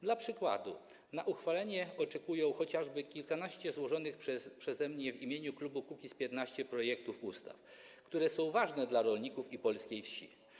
Dla przykładu: na uchwalenie oczekuje chociażby kilkanaście złożonych przeze mnie w imieniu klubu Kukiz’15 projektów ustaw, które są ważne dla rolników i polskiej wsi.